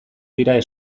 dira